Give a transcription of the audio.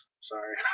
Sorry